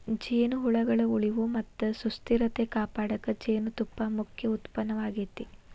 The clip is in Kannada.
ಜೇನುಹುಳಗಳ ಉಳಿವು ಮತ್ತ ಸುಸ್ಥಿರತೆ ಕಾಪಾಡಕ ಜೇನುತುಪ್ಪ ಮುಖ್ಯ ಉತ್ಪನ್ನವಾಗೇತಿ